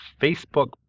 Facebook